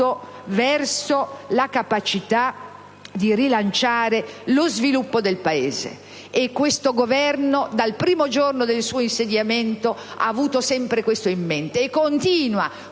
verso la capacità di rilanciare lo sviluppo del Paese, e questo Governo, dal primo giorno del suo insediamento, lo ha avuto sempre in mente e continua,